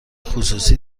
خصوصی